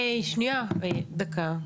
שיש דברים